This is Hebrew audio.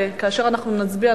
כאשר נצביע,